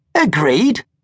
Agreed